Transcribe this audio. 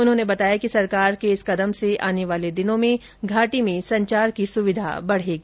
उन्होंने बताया कि सरकार के इस कदम से आने वाले दिनों में घाटी में संचार की सुविधा बढेगी